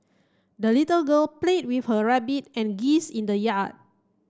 the little girl played with her rabbit and geese in the yard